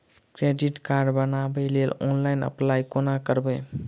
Credit card बनाबै लेल online apply कोना करबै?